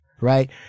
right